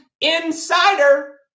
insider